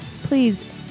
please